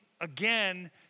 again